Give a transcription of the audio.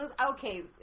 Okay